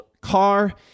car